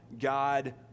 God